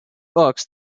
books